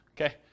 Okay